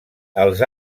els